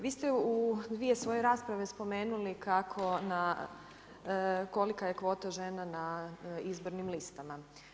Vi ste u dvije svoje rasprave spomenuli kolika je kvota žena na izbornim listama.